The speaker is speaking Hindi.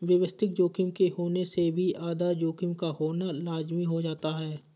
व्यवस्थित जोखिम के होने से भी आधार जोखिम का होना लाज़मी हो जाता है